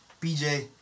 BJ